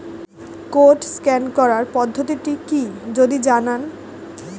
Code scan করার পদ্ধতিটি কি যদি জানান?